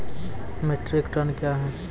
Metric ton कया हैं?